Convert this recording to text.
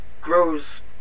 grows